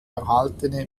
erhaltene